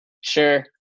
sure